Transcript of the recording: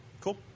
Cool